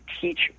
teach